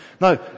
No